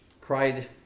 cried